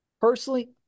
personally